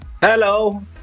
hello